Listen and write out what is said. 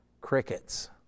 crickets